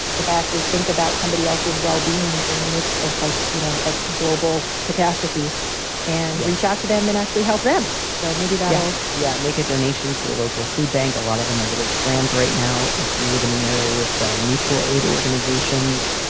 if i actually think about somebody else's well-being in the midst of like, you know, a global catastrophe and you reach out to them and actually help them. so maybe they'll yeah, make a donation to a local food bank. a lot of them are really slammed right now. if you live in an area with mutual aid organizations,